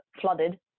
flooded